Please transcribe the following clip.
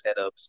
setups